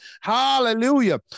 Hallelujah